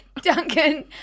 Duncan